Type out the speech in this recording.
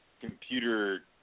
computer